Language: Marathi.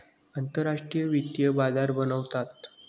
आंतरराष्ट्रीय वित्तीय बाजार बनवतात